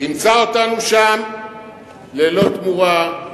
תמצא אותנו שם ללא תמורה,